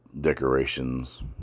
decorations